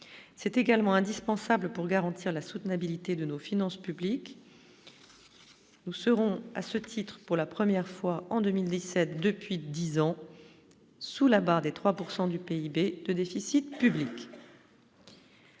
c'est également indispensable pour garantir la soutenabilité de nos finances publiques, nous serons à ce titre pour la première fois en 2017 depuis 10 ans sous la barre des 3 pourcent du PIB le déficit public.